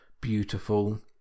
beautiful